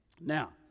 Now